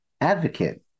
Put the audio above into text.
advocate